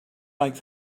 like